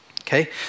okay